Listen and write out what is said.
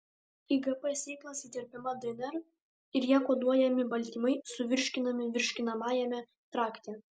į gp sėklas įterpiama dnr ir ja koduojami baltymai suvirškinami virškinamajame trakte